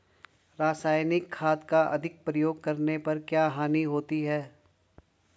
रासायनिक खाद का अधिक प्रयोग करने पर क्या हानि होती है?